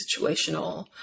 situational